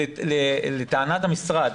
לפרשנות המשרד,